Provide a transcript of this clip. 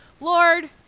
Lord